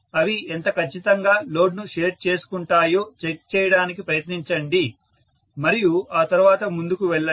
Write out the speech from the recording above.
అవి ఎంత ఖచ్చితంగా లోడ్ ను షేర్ తీసుకుంటాయో చెక్ చేయడానికి ప్రయత్నించండి మరియు ఆ తరువాత ముందుకు వెళ్ళండి